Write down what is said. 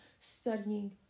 studying